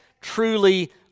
truly